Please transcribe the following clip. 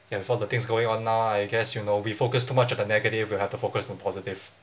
and for the things going on now I guess you know we focused too much on the negative you have to focus on positive